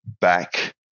back